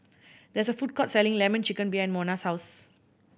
there is a food court selling Lemon Chicken behind Mona's house